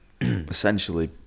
essentially